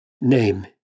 name